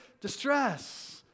distress